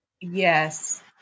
Yes